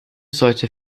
sollte